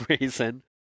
reason